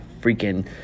freaking